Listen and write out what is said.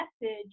message